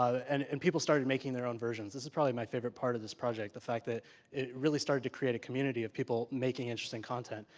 and and people started making their own versions. this probably my favorite part of this project. the fact that it really start to create a community of people making interesting content.